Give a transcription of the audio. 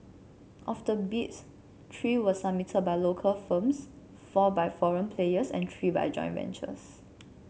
of the bids three were submitted by local firms four by foreign players and three by joint ventures